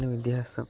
என்ன வித்தியாசம்